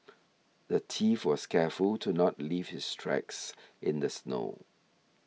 the thief was careful to not leave his tracks in the snow